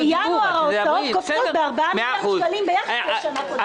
אבל בינואר ההוצאות קופצות ב-4 מיליארד שקלים ביחס לשנה קודמת.